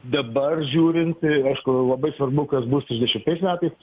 dabar žiūrint aišku labai svarbu kas bus trisdešimtais metais